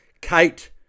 Kate